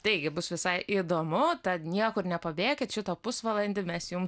taigi bus visai įdomu tad niekur nepabėkit šitą pusvalandį mes jum